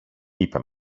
είπε